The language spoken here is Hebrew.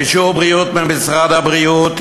אישור בריאות ממשרד הבריאות,